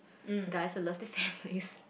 guys who love their families